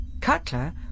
Cutler